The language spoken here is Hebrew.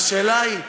והשאלה היא,